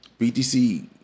BTC